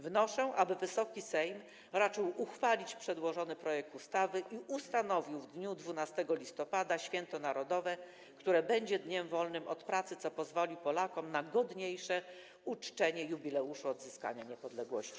Wnoszę, aby Wysoki Sejm raczył uchwalić przedłożony projekt ustawy i ustanowił w dniu 12 listopada święto narodowe, które będzie dniem wolnym od pracy, co pozwoli Polakom na godniejsze uczczenie jubileuszu odzyskania niepodległości.